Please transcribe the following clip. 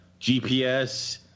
GPS